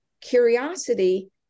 curiosity